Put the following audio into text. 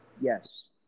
Yes